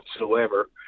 whatsoever